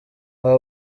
aba